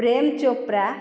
Prem Chopra